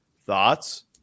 Thoughts